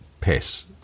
piss